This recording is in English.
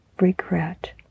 regret